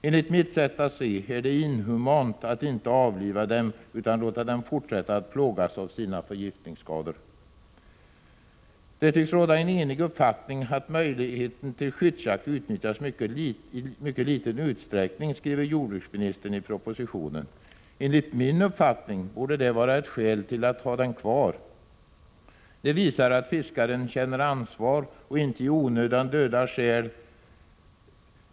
Enligt mitt sätt att se är det inhumant att inte avliva de förgiftade sälarna utan låta dem fortsätta att plågas av sina förgiftningsskador. Det tycks råda en enig uppfattning om att möjligheten till skyddsjakt utnyttjas i mycket liten utsträckning, skriver jordbruksministern i propositio nen. Enligt min uppfattning borde det vara ett skäl till att ha den kvar. Det = Prot. 1986/87:113 visar att fiskaren känner ansvar och inte i onödan dödar säl.